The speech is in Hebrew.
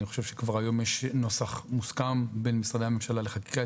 אני חושב שכבר היום יש נוסח מוסכם בין משרדי הממשלה לחקיקה,